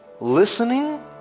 listening